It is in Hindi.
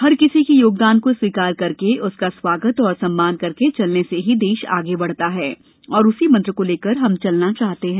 हर किसी के योगदान को स्वीकार करके उसका स्वागत और सम्मान करके चलने से ही देश आगे बढ़ता है और उसी मंत्र को लेकर हम चलना चाहते हैं